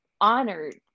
honored